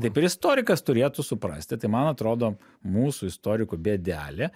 taip ir istorikas turėtų suprasti tai man atrodo mūsų istorikų bėdelė